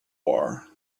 war